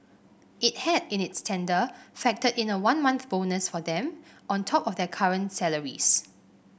it had in its tender factored in a one month bonus for them on top of their current salaries